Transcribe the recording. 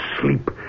sleep